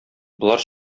болар